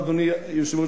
אדוני היושב-ראש,